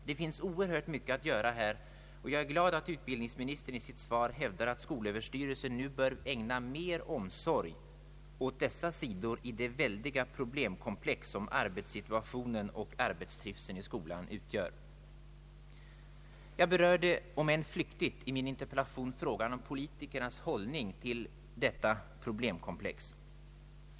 Det finns oerhört mycket att göra här, och jag är glad över att utbildningsministern i sitt svar hävdar att skolöverstyrelsen nu bör ägna mer omsorg åt dessa sidor i det väldiga problemkomplex som arbetssituationen och arbetstrivseln i skolan utgör. Jag berörde i min interpellation frågan om politikernas hållning till detta problemkomplex.